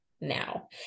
now